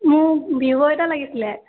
মোক ভিভ' এটা লাগিছিলে